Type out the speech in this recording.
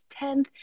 10th